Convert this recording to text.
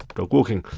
but dog walking,